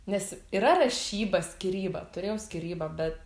nes yra rašyba skyryba turėjau skyrybą bet